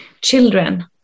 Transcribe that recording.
children